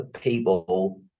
people